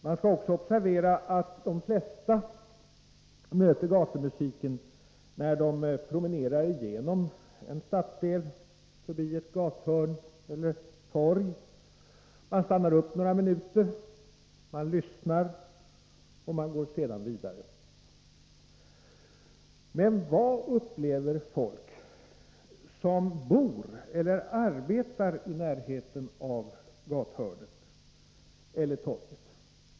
Man skall också observera att de flesta möter gatumusiken när 'de promenerar genom en stadsdel, förbi ett gatuhörn eller över ett torg. Man stannar upp några minuter, man lyssnar, och man går sedan vidare. Men vad upplever folk som bor eller arbetar i närheten av gatuhörnet eller torget?